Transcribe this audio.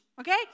Okay